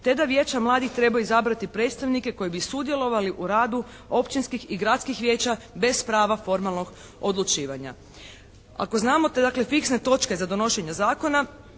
te da vijeća mladih trebaju izabrati predstavnike koji bi sudjelovali u radu općinskih i gradskih vijeća bez prava formalnog odlučivanja. Ako znamo da dakle fiksne točke za donošenje zakona